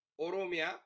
Oromia